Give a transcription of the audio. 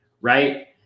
right